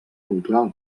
cultural